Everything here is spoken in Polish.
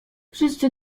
wszyscy